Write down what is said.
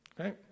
Okay